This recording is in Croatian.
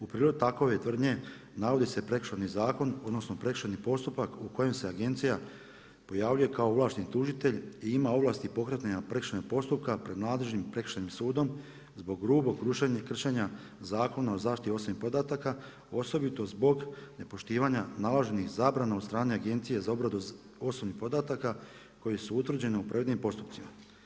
U prilog takove tvrdnje navodi se Prekršajni zakon, odnosno prekršajni postupak u kojem se agencija pojavljuje kao ovlašteni tužitelj i ima ovlasti pokretanja prekršajnog postupka pred nadležnim Prekršajnim sudom zbog grubog kršenja Zakona o zaštiti osobnih podataka osobito zbog nepoštivanja naloženih zabrana od strane Agencije za obradu osobnih podataka koji su utvrđeni u predmetnim postupcima.